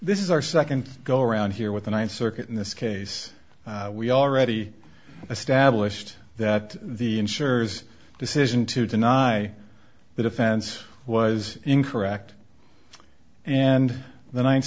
this is our second go around here with the ninth circuit in this case we already established that the insurer's decision to deny the defense was incorrect and the ninth